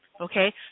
okay